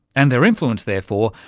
and their influence, therefore,